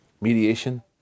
mediation